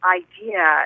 idea